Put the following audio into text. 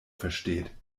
versteht